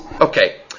Okay